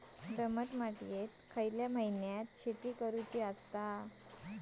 दमट मातयेत खयल्या महिन्यात शेती करुची?